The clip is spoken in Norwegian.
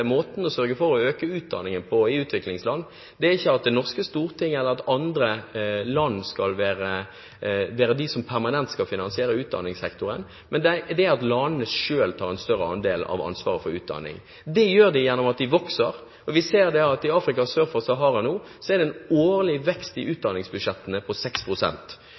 måten å sørge for å øke utdanningen på i utviklingsland er ikke at Det norske storting eller andre land permanent skal finansiere utdanningssektoren, men at landene selv tar en større del av ansvaret for utdanning. Det gjør de gjennom at de vokser. Vi ser at i Afrika sør for Sahara er det nå en årlig vekst i utdanningsbudsjettene på